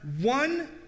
one